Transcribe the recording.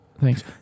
Thanks